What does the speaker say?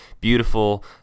beautiful